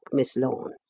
miss lorne,